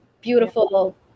beautiful